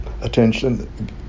attention